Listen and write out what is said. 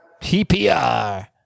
PPR